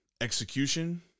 execution